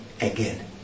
again